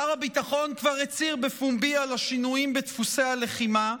שר הביטחון כבר הצהיר בפומבי על השינויים בדפוסי הלחימה,